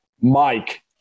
Mike